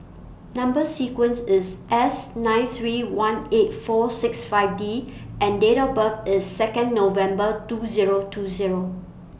Number sequence IS S nine three one eight four six five D and Date of birth IS Second November two Zero two Zero